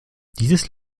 dieses